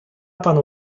panu